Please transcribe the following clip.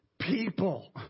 people